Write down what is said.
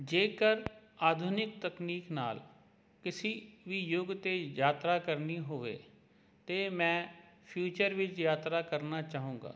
ਜੇਕਰ ਆਧੁਨਿਕ ਤਕਨੀਕ ਨਾਲ ਕਿਸੇ ਵੀ ਯੁੱਗ 'ਤੇ ਯਾਤਰਾ ਕਰਨੀ ਹੋਵੇ ਤਾਂ ਮੈਂ ਫਿਊਚਰ ਵਿੱਚ ਯਾਤਰਾ ਕਰਨਾ ਚਾਹਵਾਂਗਾ